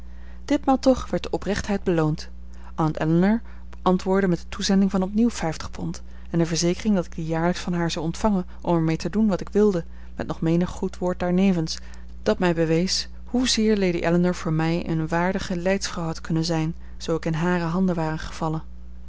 ditmaal toch werd de oprechtheid beloond aunt ellinor antwoordde met de toezending van opnieuw vijftig pond en de verzekering dat ik die jaarlijks van haar zou ontvangen om er mee te doen wat ik wilde met nog menig goed woord daarnevens dat mij bewees hoezeer lady ellinor voor mij eene waardige leidsvrouw had kunnen zijn zoo ik in hare handen ware gevallen